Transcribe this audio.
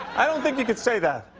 i don't think you can say that.